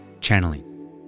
Channeling